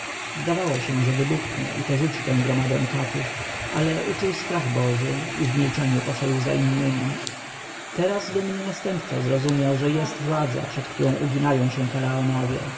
zdawało się że wybuchnie i porzuci tę gromadę katów ale uczuł strach boży i w milczeniu poszedł za innymi teraz dumny następca zrozumiał że jest władza przed którą uginają się faraonowie